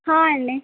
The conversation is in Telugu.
అండి